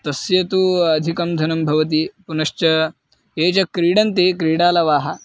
तस्य तु अधिकं धनं भवति पुनश्च ये च क्रीडन्ति क्रीडालवः